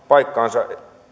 paikkaansa